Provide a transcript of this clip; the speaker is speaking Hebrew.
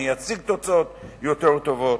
אני אשיג תוצאות יותר טובות.